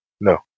No